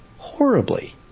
horribly